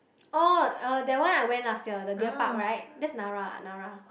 oh uh that one I went last year the deer park right that's Nara Nara